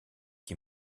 qui